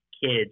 kids